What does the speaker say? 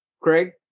Craig